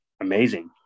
amazing